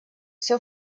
все